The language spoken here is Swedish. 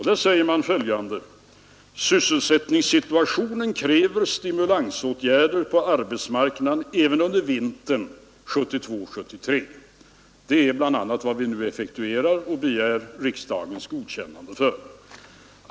Där säger man följande: ”Sysselsättningssituationen kräver stimulansåtgärder på arbetsmarknaden även under vintern 1972/73.” Det är bl.a. vad vi nu effektuerar och begär riksdagens godkännande av.